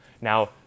Now